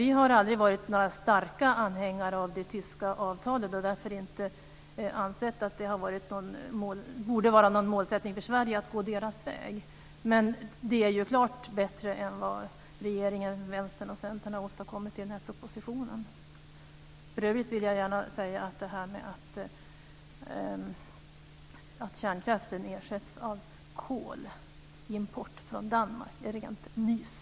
Vi har aldrig varit några starka anhängare av det tyska avtalet och har därför inte ansett att det borde vara en målsättning för Sverige att gå samma väg. Men det är ju klart bättre än det regeringen, Vänstern och Centern har åstadkommit i den här propositionen. För övrigt vill jag gärna säga att detta att kärnkraften ersätts av kolimport från Danmark är rent nys.